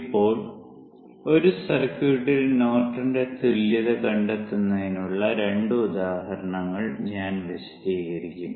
ഇപ്പോൾ ഒരു സർക്യൂട്ടിൽ നോർട്ടന്റെNorton's തുല്യത കണ്ടെത്തുന്നതിനുള്ള രണ്ട് ഉദാഹരണങ്ങൾ ഞാൻ വിശദീകരിക്കും